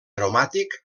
aromàtic